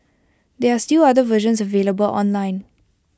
there are still other versions available online